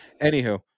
Anywho